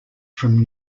from